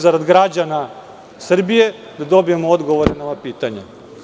Zarad građana Srbije, dužni smo da dobijemo odgovore na ova pitanja.